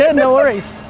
and no worries,